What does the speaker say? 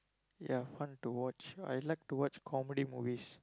ya fun to watch I like to watch comedy movies